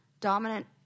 dominant